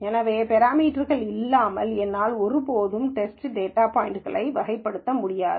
எனவே இந்த பெராமீட்டர்க்கள் இல்லாமல் என்னால் ஒருபோதும் டெஸ்ட் டேட்டா பாய்ன்ட்களை வகைப்படுத்த முடியாது